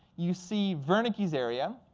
you see wernicke's area,